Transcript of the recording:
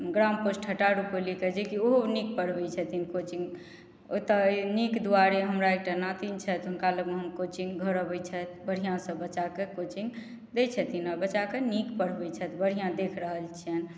ग्राम post Hatar रुपौलीके जेकि ओहो नीक पढ़बैत छथिन कोचिङ्ग ओतहुँ नीक दुआरे हमर एकटा नातिन छथि हुनका लगमे हम कोचिङ्ग घर अबैत छथि बढ़िआँ से बच्चाके कोचिङ्ग दै छथिन आ बच्चाके नीक पढ़बैत छथि बढ़िआँ देखि रहल छिअनि